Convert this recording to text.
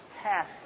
task